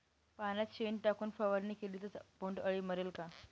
पाण्यात शेण टाकून फवारणी केली तर बोंडअळी मरेल का?